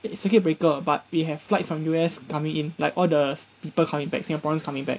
it's circuit breaker but we have flights from U_S coming in like all the people coming back singaporeans coming back